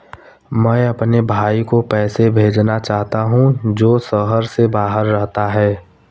मैं अपने भाई को पैसे भेजना चाहता हूँ जो शहर से बाहर रहता है